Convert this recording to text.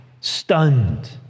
stunned